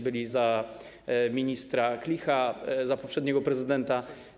Byli za ministra Klicha, za poprzedniego prezydenta.